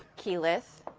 keyleth.